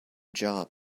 job